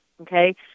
okay